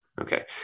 Okay